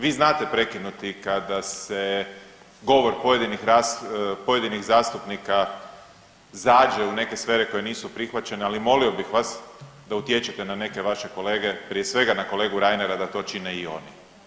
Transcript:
Vi znate prekinuti kada se govor pojedinih zastupnika zađe u neke sfere koje nisu prihvaćene, ali molio bih vas da utječete na neke vaše kolege, prije svega na kolegu Reinera da to čine i oni.